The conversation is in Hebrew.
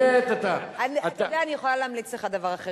אני יכולה להמליץ לך דבר אחר.